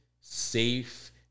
safe